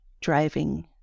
driving